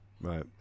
Right